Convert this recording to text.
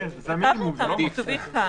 כתבנו אותם, הם כתובים כאן.